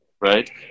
Right